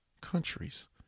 countries